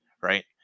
right